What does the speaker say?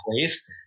place